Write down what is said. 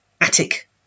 attic